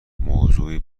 موضوعی